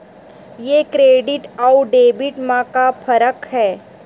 ये क्रेडिट आऊ डेबिट मा का फरक है?